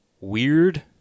weird